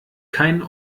keinen